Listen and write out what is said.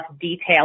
detail